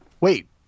wait